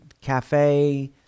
Cafe